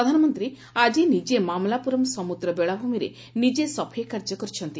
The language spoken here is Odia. ପ୍ରଧାନମନ୍ତୀ ଆକି ନିଜେ ମାମଲାପୁରମ୍ ସମୁଦ୍ର ବେଳାଭ୍ମିରେ ନିଜେ ସଫେଇ କାର୍ଯ୍ୟ କରିଛନ୍ତି